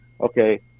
okay